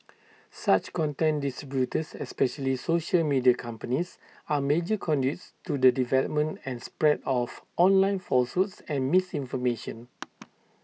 such content distributors especially social media companies are major conduits to the development and spread of online falsehoods and misinformation